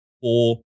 four